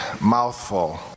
mouthful